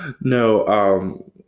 No –